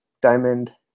Diamond